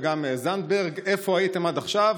וגם זנדברג: איפה הייתם עד עכשיו?